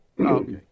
okay